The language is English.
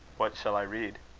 what shall i read?